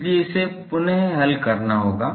इसलिए इसे पुन हल करना होगा